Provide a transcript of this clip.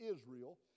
Israel